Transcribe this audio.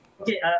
Okay